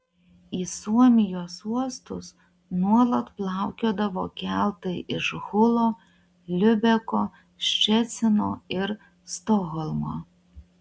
į suomijos uostus nuolat plaukiodavo keltai iš hulo liubeko ščecino ir stokholmo